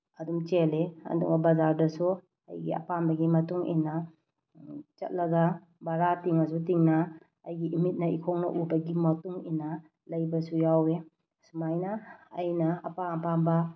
ꯑꯗꯨꯝ ꯆꯦꯜꯂꯦ ꯑꯗꯣ ꯕꯖꯥꯔꯗꯁꯨ ꯑꯩꯒꯤ ꯑꯄꯥꯝꯕꯒꯤ ꯃꯇꯨꯡ ꯏꯟꯅ ꯆꯠꯂꯒ ꯕꯔꯥ ꯇꯤꯡꯉꯁꯨ ꯇꯤꯡꯅ ꯑꯩꯒꯤ ꯏꯃꯤꯠꯅ ꯏꯈꯣꯡꯅ ꯎꯕꯒꯤ ꯃꯇꯨꯡ ꯏꯟꯅ ꯂꯩꯕꯁꯨ ꯌꯥꯎꯋꯤ ꯁꯨꯃꯥꯏꯅ ꯑꯩꯅ ꯑꯄꯥꯝ ꯑꯄꯥꯝꯕ